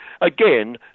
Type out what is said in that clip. again